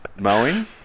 Mowing